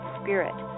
spirit